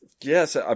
Yes